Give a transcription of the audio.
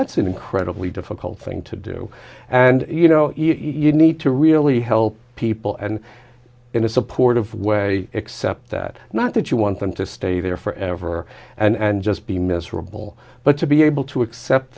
that's an incredibly difficult thing to do and you know even need to really help people and in a supportive way except that not that you want them to stay there forever and just be miserable but to be able to accept